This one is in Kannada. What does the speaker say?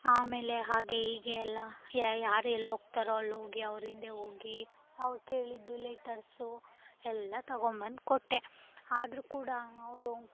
ಆಮೇಲೆ ಹಾಗೆ ಹೀಗೆ ಎಲ್ಲ ಯಾರು ಎಲ್ಲೋಗ್ತಾರೋ ಅಲ್ಲೋಗಿ ಅವ್ರ ಹಿಂದೆ ಹೋಗಿ ಅವ್ರು ಕೇಳಿದ್ದು ಲೆಟರ್ಸು ಎಲ್ಲ ತೊಗೊಂಬಂದು ಕೊಟ್ಟೆ ಆದರೂ ಕೂಡ ಅವರು